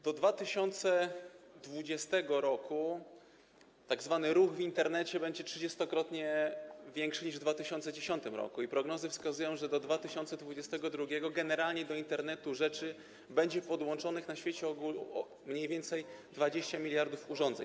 Do 2020 r. tzw. ruch w Internecie będzie trzydziestokrotnie większy niż w 2010 r. i prognozy wskazują, że do 2022 r. generalnie do Internetu rzeczy będzie podłączonych na świecie mniej więcej 20 mld urządzeń.